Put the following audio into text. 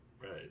right